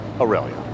Aurelia